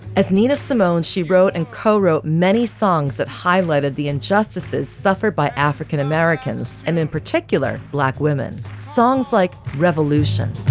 as nina simone's, she wrote and co-wrote many songs that highlighted the injustices suffered by african-americans and in particular, black women. songs like revolution.